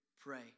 pray